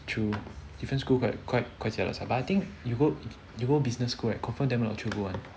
true different school quite quite quite jialat sia but I think you go you go business school right confirm there a lot of chio bu [one]